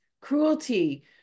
cruelty